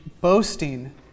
boasting